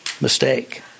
mistake